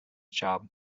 job